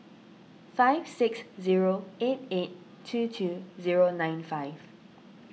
five six zero eight eight two two zero nine five